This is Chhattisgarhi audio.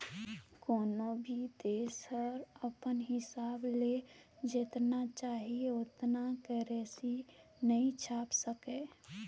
कोनो भी देस हर अपन हिसाब ले जेतना चाही ओतना करेंसी नी छाएप सके